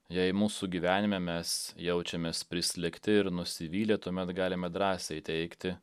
jei mūsų gyvenime mes jaučiamės prislėgti ir nusivylę tuomet galime drąsiai teigti